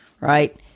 Right